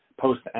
post